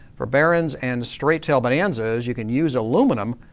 for barons and straight tail bonanzas, you can use aluminum,